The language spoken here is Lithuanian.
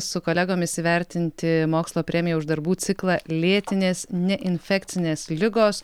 su kolegomis įvertinti mokslo premija už darbų ciklą lėtinės neinfekcinės ligos